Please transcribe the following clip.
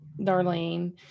Darlene